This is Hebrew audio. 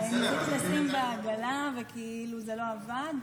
ניסיתי לשים בעגלה וזה לא עבד.